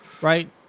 right